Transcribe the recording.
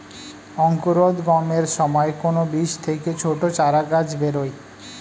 অঙ্কুরোদ্গমের সময় কোন বীজ থেকে ছোট চারাগাছ বেরোয়